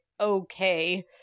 okay